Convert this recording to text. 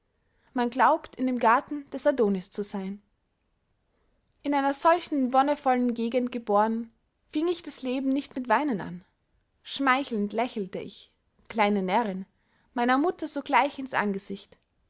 man glaubt in dem garten des adonis zu seyn in einer solchen wonnevollen gegend gebohren fieng ich das leben nicht mit weynen an schmeichelnd lächelte ich kleine närrinn meiner mutter sogleich ins angesicht